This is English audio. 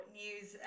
news